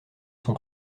son